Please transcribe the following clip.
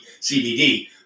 CBD